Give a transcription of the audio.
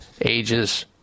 ages